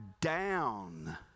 down